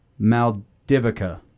Maldivica